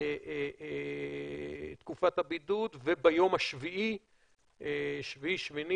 תקופת הבידוד וביום השביעי-שמונה,